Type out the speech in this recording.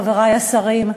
חברי השרים,